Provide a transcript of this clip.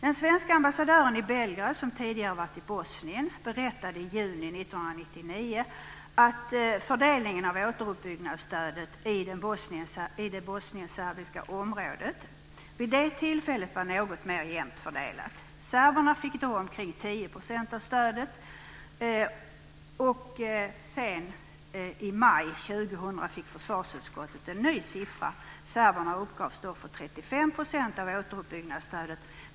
Den svenska ambassadören i Belgrad, som tidigare varit i Bosnien, berättade i juni 1999 att fördelningen av återuppbyggnadsstödet i det bosnienserbiska området vid det tillfället var något mer jämnt fördelat. Serberna fick då omkring 10 % av stödet. I maj 2000 fick försvarsutskottet en ny siffra. Serberna uppgavs då få 35 % av återuppbyggnadsstödet.